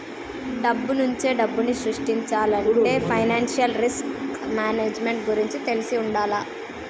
డబ్బునుంచే డబ్బుని సృష్టించాలంటే ఫైనాన్షియల్ రిస్క్ మేనేజ్మెంట్ గురించి తెలిసి వుండాల